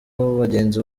bagenzi